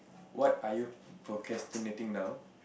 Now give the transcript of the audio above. what are you procrastinating now